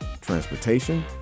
transportation